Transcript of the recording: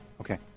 Okay